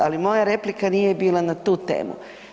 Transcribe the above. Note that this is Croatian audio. Ali moja replika nije bila na tu temu.